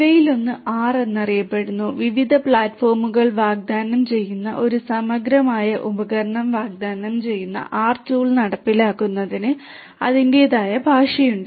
ഇവയിലൊന്ന് R എന്നറിയപ്പെടുന്നു വിവിധ പ്ലാറ്റ്ഫോമുകൾ വാഗ്ദാനം ചെയ്യുന്ന ഒരു സമഗ്രമായ ഉപകരണം വാഗ്ദാനം ചെയ്യുന്ന ആർ ടൂൾ നടപ്പിലാക്കുന്നതിന് അതിന്റേതായ ഭാഷയുണ്ട്